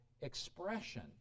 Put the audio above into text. expression